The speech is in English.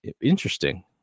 Interesting